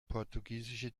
portugiesische